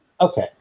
Okay